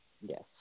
Yes